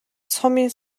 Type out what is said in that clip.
сумын